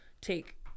Take